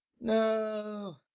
No